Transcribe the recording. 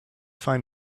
find